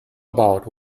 about